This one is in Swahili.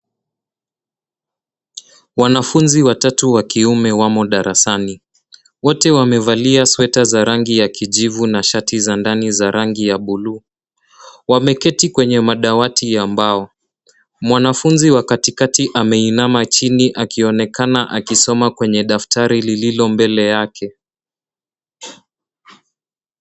Wanafunzi watatu wa kiume wamo darasani. Wote wamevalia sweta za rangi ya kijivu na shati za ndani za rangi ya buluu. Wameketi kwenye madawati ya mbao. Mwanafunzi wa katikati ameinama chini akionekana akisoma kwenye daftari lililo mbele yake.